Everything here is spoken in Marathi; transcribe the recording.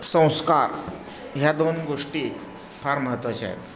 संस्कार ह्या दोन गोष्टी फार महत्त्वाच्या आहेत